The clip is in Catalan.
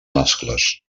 mascles